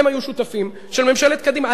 הם היו שותפים של ממשלת קדימה.